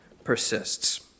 persists